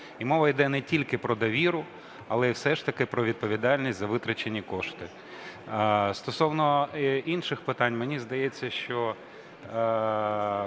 І мова йде не тільки про довіру, але й все ж таки про відповідальність за витрачені кошти. Стосовно інших питань, мені здається, що